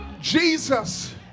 Jesus